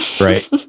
right